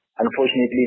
Unfortunately